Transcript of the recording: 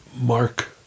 Mark